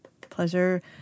pleasure